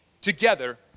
together